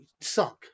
sunk